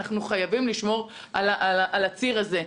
אנחנו חייבים לשמור על הציר הזה.